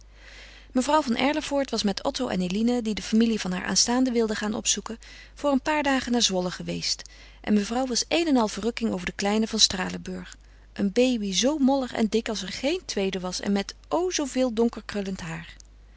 mevrouw van erlevoort was met otto en eline die de familie van haar aanstaande wilde gaan opzoeken voor een paar dagen naar zwolle geweest en mevrouw was één en al verrukking over de kleine van stralenburg een baby zoo mollig en dik als er geen tweede was en met o zooveel donker krullend haar